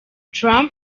trump